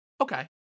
Okay